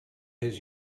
his